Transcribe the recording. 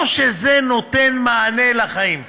לא שזה נותן מענה לחיים.